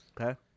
Okay